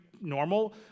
normal